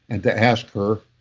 and to ask her,